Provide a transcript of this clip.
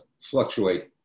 fluctuate